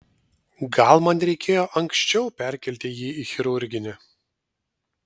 gal man reikėjo anksčiau perkelti jį į chirurginį